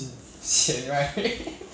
the most important part of the 那个